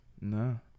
No